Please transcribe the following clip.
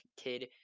kid